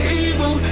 evil